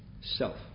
self